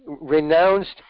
renounced